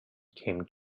came